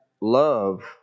love